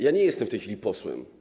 Ja nie jestem w tej chwili posłem.